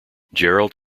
gerald